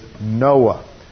Noah